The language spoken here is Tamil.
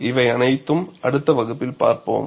இவை அனைத்தும் அடுத்த வகுப்பில் பார்ப்போம்